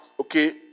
okay